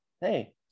Hey